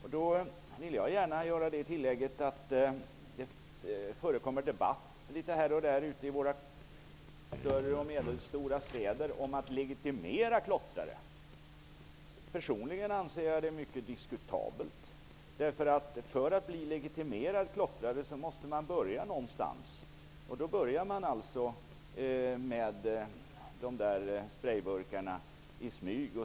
Jag vill gärna göra tillägget att det förekommer debatter här och var i våra större och medelstora städer om att man skall legitimera klottrarna. Personligen anser jag att det är mycket diskutabelt. För att bli legitimerad klottrare måste man ju börja någonstans. Kanske börjar man i smyg med sina sprejburkar.